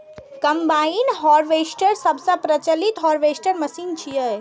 combine harvester सबसं प्रचलित harvester machine छियै